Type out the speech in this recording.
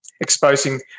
Exposing